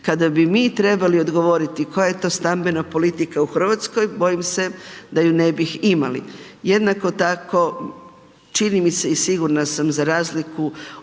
Kada bi mi trebali odgovoriti koja je to stambena politika u RH, bojim se da ju ne bih imali. Jednako tako, čini mi se i sigurna sam za razliku